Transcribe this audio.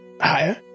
Higher